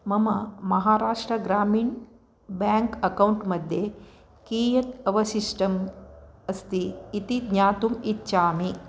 मम Maharashtra Gramin bank account मध्ये कियत् अवशिष्टम् अस्ति इति ज्ञातुम् इच्छामि